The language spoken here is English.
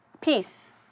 Peace